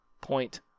Point